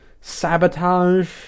sabotage